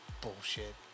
bullshit